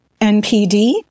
NPD